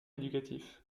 éducatif